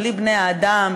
בלי בני-האדם,